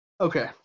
Okay